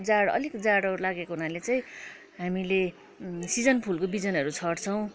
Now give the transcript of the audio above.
जाड अलिक जाडो लागेको हुनाले चाहिँ हामीले सिजन फुलको बिजनहरू छर्छौँ